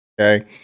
okay